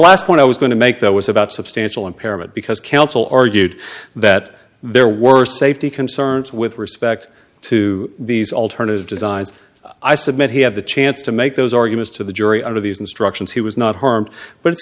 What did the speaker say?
last point i was going to make though was about substantial impairment because counsel argued that there weren't safety concerns with respect to these alternative designs i submit he had the chance to make those arguments to the jury under these instructions he was not harmed but it's